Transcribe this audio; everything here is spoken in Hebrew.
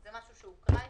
זה משהו שהוקרא אתמול?